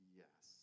yes